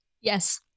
yes